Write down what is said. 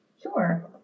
Sure